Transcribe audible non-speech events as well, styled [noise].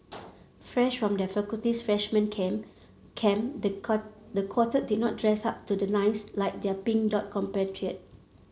fresh from their faculty's freshman camp camp the [unintelligible] the quartet did not dress up to the nines like their Pink Dot compatriot